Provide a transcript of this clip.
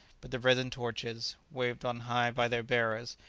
but the resin-torches, waved on high by their bearers,